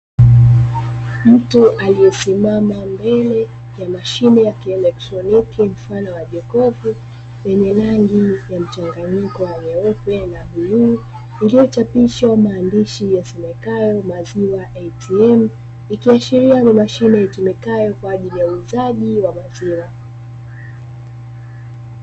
Mtu aliesimama mbele ya mashine ya kielektroniki mfano wa jokofu yenye rangi ya mchanganyiko wa nyeupe na bluu, iliyochapiwa maandishi yasomekayo "Maziwa ATM", ikiashiria ni mashine itumikayo kwajili ya uuzaji wa maziwa.